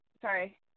Sorry